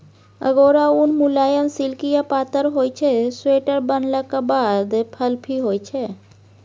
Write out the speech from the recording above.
अगोरा उन मुलायम, सिल्की आ पातर ताग होइ छै स्वेटर बनलाक बाद फ्लफी होइ छै